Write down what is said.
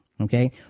okay